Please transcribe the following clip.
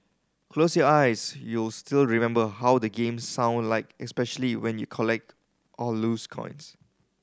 close your eyes you'll still remember how the game sound like especially when you collect or lose coins